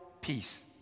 peace